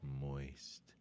moist